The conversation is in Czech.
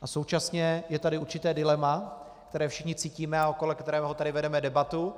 A současně je tady určité dilema, které všichni cítíme a okolo kterého tady vedeme debatu.